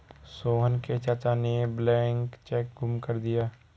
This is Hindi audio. सोहन के चाचा ने ब्लैंक चेक गुम कर दिया